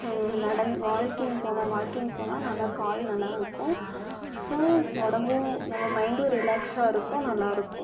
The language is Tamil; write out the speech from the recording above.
நடந் வால்க்கிங் போனால் வாக்கிங் போனால் நல்லா கால் நல்லா இருக்கும் ஸோ உடம்பும் நம்ம மைண்டும் ரிலாக்ஸ்டாக இருக்கும் நல்லாயிருக்கும்